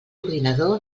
ordinador